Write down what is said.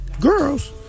girls